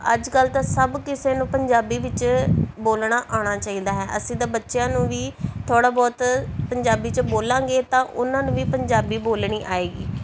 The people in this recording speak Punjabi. ਅੱਜ ਕੱਲ ਤਾਂ ਸਭ ਕਿਸੇ ਨੂੰ ਪੰਜਾਬੀ ਵਿੱਚ ਬੋਲਣਾ ਆਉਣਾ ਚਾਹੀਦਾ ਹੈ ਅਸੀਂ ਤਾਂ ਬੱਚਿਆਂ ਨੂੰ ਵੀ ਥੋੜ੍ਹਾ ਬਹੁਤ ਪੰਜਾਬੀ 'ਚ ਬੋਲਾਂਗੇ ਤਾਂ ਉਹਨਾਂ ਨੂੰ ਵੀ ਪੰਜਾਬੀ ਬੋਲਣੀ ਆਏਗੀ